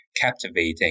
captivating